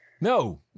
No